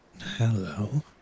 Hello